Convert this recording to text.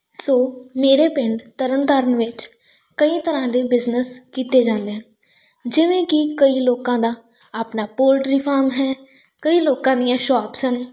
ਸੋ ਮੇਰੇ ਪਿੰਡ ਤਰਨਤਾਰਨ ਵਿੱਚ ਕਈ ਤਰ੍ਹਾਂ ਦੇ ਬਿਜ਼ਨਸ ਕੀਤੇ ਜਾਂਦੇ ਹਨ ਜਿਵੇਂ ਕਿ ਕਈ ਲੋਕਾਂ ਦਾ ਆਪਣਾ ਪੋਲਟਰੀ ਫਾਰਮ ਹੈ ਕਈ ਲੋਕਾਂ ਦੀਆਂ ਸ਼ੋਪਸ ਹਨ